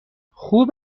خوب